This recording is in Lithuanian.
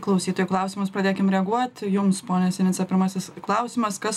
klausytojų klausimus padėkim reaguot jums pone sinica pirmasis klausimas kas